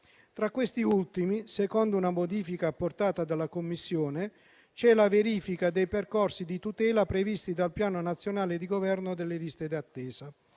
Tra questi ultimi, secondo una modifica apportata dalla Commissione, c'è la verifica dei percorsi di tutela previsti dal Piano nazionale di governo delle liste d'attesa